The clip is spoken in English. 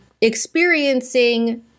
experiencing